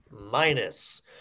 minus